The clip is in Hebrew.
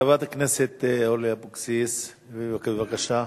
חברת הכנסת אורלי אבקסיס, בבקשה.